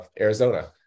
arizona